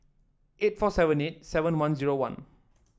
eight four seven eight seven one zero one